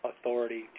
Authority